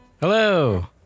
Hello